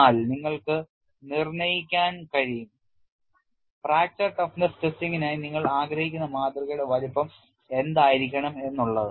എന്നാൽ നിങ്ങൾക്ക് നിർണ്ണയിക്കാൻ കഴിയും ഫ്രാക്ചർ ടഫ്നെസ് ടെസ്റ്റിംഗിനായി നിങ്ങൾ ആഗ്രഹിക്കുന്ന മാതൃകയുടെ വലുപ്പം എന്തായിരിക്കണം എന്ന് ഉള്ളത്